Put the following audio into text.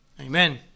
Amen